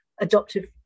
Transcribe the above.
adoptive